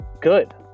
good